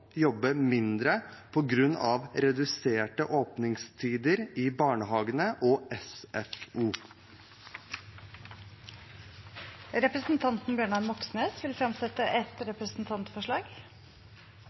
mindre på grunn av reduserte åpningstider i barnehagene og i SFO. Representanten Bjørnar Moxnes vil fremsette et